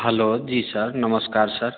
hello जी sir नमस्कार sir